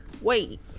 Wait